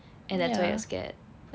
and that's why you're scared